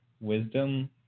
wisdom